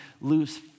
lose